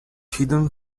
hidden